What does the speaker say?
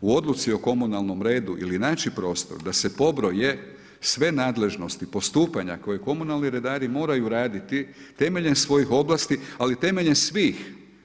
u odluci o komunalnom redu ili naći prostor da se pobroje sve nadležnosti postupanja koje komunalni redari moraju raditi temeljem svojih ovlasti, ali temeljem svih.